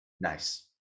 Nice